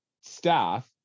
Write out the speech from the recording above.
staff